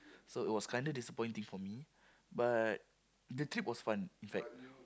so it was kind of disappointing for me but the trip was fun it's like